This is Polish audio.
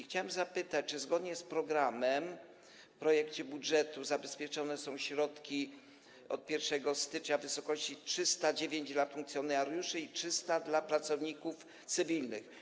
Chciałbym zapytać, czy zgodnie z programem w projekcie budżetu zabezpieczone są środki od 1 stycznia w wysokości 309 dla funkcjonariuszy i 300 dla pracowników cywilnych.